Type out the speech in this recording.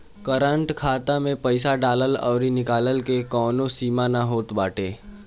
current खाता में पईसा डालला अउरी निकलला के कवनो सीमा ना होत बाटे